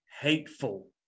hateful